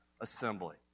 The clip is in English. assembly